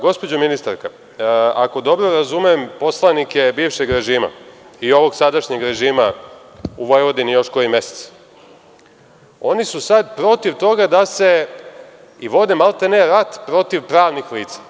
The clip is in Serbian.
Gospođo ministarka, ako dobro razumem poslanike bivšeg režima i ovog sadašnjeg režima u Vojvodini još koji mesec, oni su sad protiv toga i vode maltene rad protivpravnih lica.